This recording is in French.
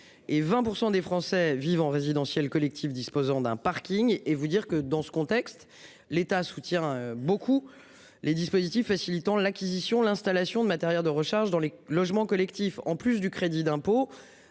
Et 20% des Français vivant résidentiel, collectif disposant d'un Parking et vous dire que dans ce contexte, l'État soutient beaucoup les dispositifs facilitant l'acquisition l'installation de matériaux de recharge dans les logements collectifs. En plus du crédit d'impôt.